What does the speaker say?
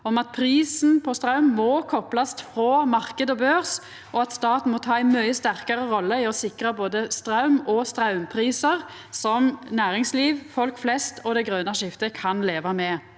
at prisen på straum må koplast frå marknad og børs, og at staten må ta ei mykje sterkare rolle i å sikra både straum og straumprisar som næringsliv, folk flest og det grøne skiftet kan leva med.